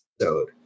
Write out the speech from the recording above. episode